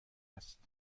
است